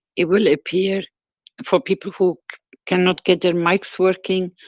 it will appear for people, who can not get their mics working,